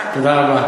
תודה רבה.